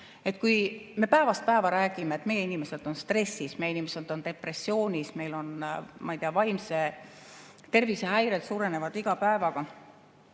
Me päevast päeva räägime, et meie inimesed on stressis, meie inimesed on depressioonis, meil on, ma ei tea, vaimse tervise häirega [inimesi rohkem] iga päevaga.